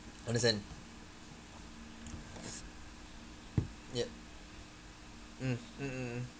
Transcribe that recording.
understand ya mm mm mm mm